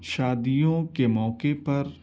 شادیوں کے موقعے پر